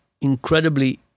incredibly